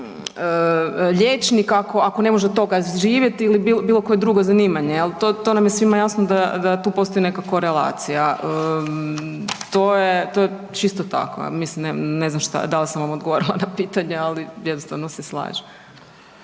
liječnik ako ne može od toga živjet ili koje drugo zanimanje, to nam je svima jasna da tu postoji neka korelacija. To je čisto tako. Mislim ne znam da li sam vam odgovorila na pitanje, ali jednostavno se slažem.